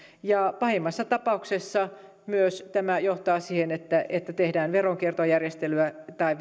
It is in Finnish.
ja pahimmassa tapauksessa tämä johtaa myös siihen että että tehdään veronkiertojärjestelyä tai